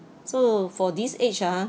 so for this age ah